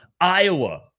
Iowa